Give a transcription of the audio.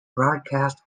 broadcast